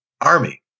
Army